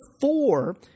four